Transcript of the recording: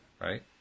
right